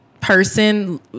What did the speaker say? person